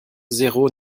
zéro